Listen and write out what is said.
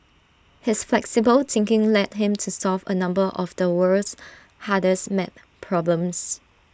his flexible thinking led him to solve A number of the world's hardest math problems